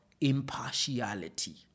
impartiality